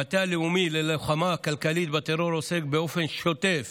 המטה הלאומי ללוחמה כלכלית בטרור עוסק באופן שוטף